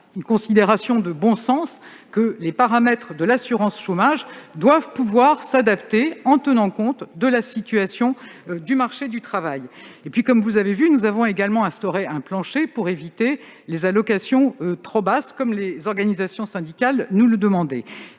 une considération de bon sens, à savoir que les paramètres de l'assurance chômage doivent pouvoir s'adapter pour tenir compte de la situation du marché du travail. En outre, vous l'avez vu, nous avons instauré un plancher pour éviter les allocations trop basses, comme les organisations syndicales nous le demandaient.